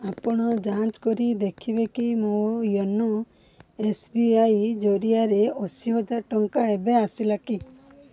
ଆପଣ ଯାଞ୍ଚ କରି ଦେଖିବେ କି ମୋ ୟୋନୋ ଏସ୍ ବି ଆଇ ଜରିଆରେ ଅଶୀ ହଜାର ଟଙ୍କା ଏବେ ଆସିଲା କି